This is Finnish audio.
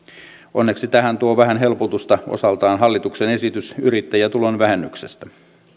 onneksi tähän tuo vähän helpotusta osaltaan hallituksen esitys yrittäjätulon vähennyksestä